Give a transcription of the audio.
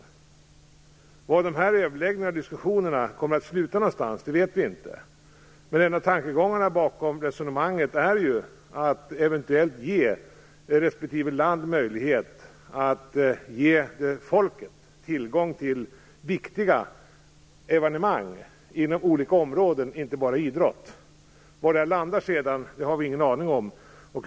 Vi vet inte var dessa överläggningar och diskussioner kommer att sluta. Men en av tankegångarna är att man eventuellt skall ge respektive land möjlighet att ge folket tillgång till viktiga evenemang inom olika områden, inte bara idrott. Vi har ingen aning om var det här sedan kommer att landa.